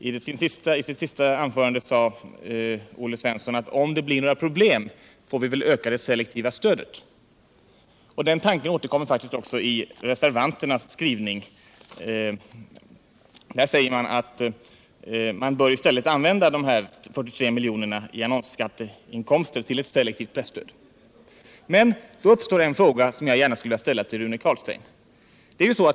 I sitt senaste anförande sade Olle Svensson att om det blir några problem får vi väl öka det selektiva stödet. Den tanken återkommer faktiskt också i reservanternas skrivning, där det sägs att man i stället bör använda de 43 miljonerna i annonsskatteinkomster till ett selektivt presstöd. Men då uppstår en fråga som jag gärna skulle vilja ställa till Rune Carlstein.